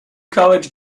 college